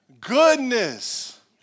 Goodness